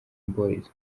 boys